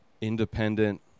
independent